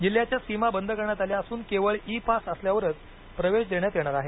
जिल्ह्याच्या सीमा बंद करण्यात आल्या असून केवळ ई पास असल्यावरच प्रवेश देण्यात येणार आहे